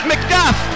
McDuff